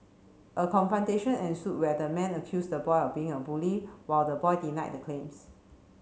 a confrontation ensued where the man accused the boy of being a bully while the boy denied the claims